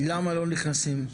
למה לא נכנסים?